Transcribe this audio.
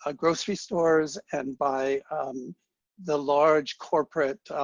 ah grocery stores and by the large corporate